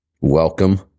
welcome